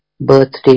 birthday